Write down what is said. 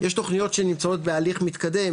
יש תוכניות שנמצאות בהליך מתקדם.